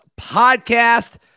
podcast